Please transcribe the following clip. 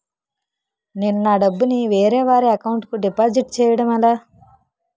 నేను నా డబ్బు ని వేరే వారి అకౌంట్ కు డిపాజిట్చే యడం ఎలా?